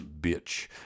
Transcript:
bitch